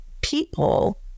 people